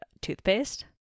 toothpaste